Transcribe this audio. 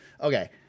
Okay